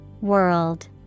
World